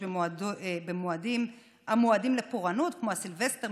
במועדים המועדים לפורענות כמו הסילבסטר,